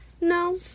No